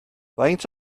faint